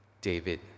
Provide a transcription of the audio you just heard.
David